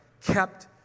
kept